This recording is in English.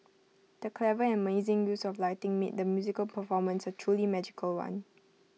the clever and amazing use of lighting made the musical performance A truly magical one